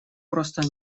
просто